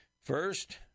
First